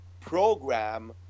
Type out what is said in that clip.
program –